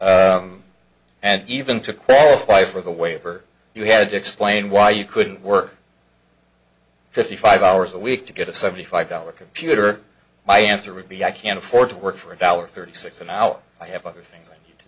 hundred and even to qualify for the waiver you had to explain why you couldn't work fifty five hours a week to get a seventy five dollar computer my answer would be i can't afford to work for a dollar thirty six an hour i have other things to